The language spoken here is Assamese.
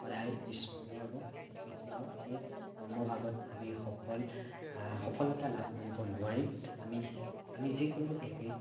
সদায় পিছ পৰিয়ে ৰ'ব কেতিয়াও সেই কৰ্মভাগত আমি সফল সফলতা লাভ কৰিব নোৱাৰিম আমি আমি যিকোনো এবিধ